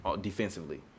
defensively